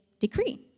decree